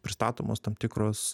pristatomos tam tikros